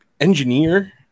engineer